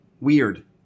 weird